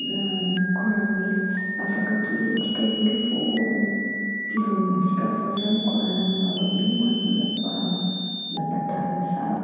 Koa raha mety afaka tohizantsika hely fo fivoriantsika avô zah mikoran̈a aminarô ino antony nampa tara zah.